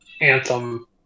Anthem